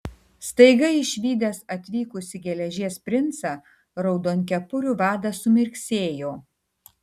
staiga išvydęs atvykusį geležies princą raudonkepurių vadas sumirksėjo